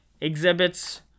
exhibits